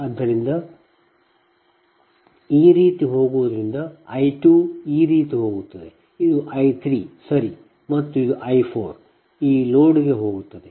ಆದ್ದರಿಂದ ಈ ರೀತಿ ಹೋಗುವುದರಿಂದ I 2 ಈ ರೀತಿ ಹೋಗುತ್ತದೆ ಇದು I 3 ಸರಿ ಮತ್ತು ಇದು I 4 ಈ ಲೋಡ್ಗೆ ಹೋಗುತ್ತಿದೆ